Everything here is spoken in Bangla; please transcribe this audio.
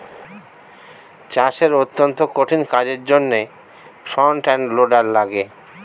চাষের অত্যন্ত কঠিন কাজের জন্যে ফ্রন্ট এন্ড লোডার লাগে